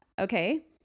Okay